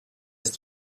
ist